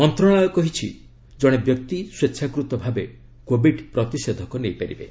ମନ୍ତ୍ରଣାଳୟ କହିଛି ଜଣେ ବ୍ୟକ୍ତି ସ୍ୱେଚ୍ଛାକୃତ ଭାବେ କୋବିଡ୍ ପ୍ରତିଷେଧକ ନେଇପାରିବେ